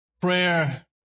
Prayer